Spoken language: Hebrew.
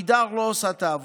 עמידר לא עושה את העבודה.